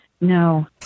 No